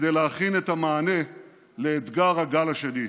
כדי להכין את המענה לאתגר הגל השני.